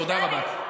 תודה רבה.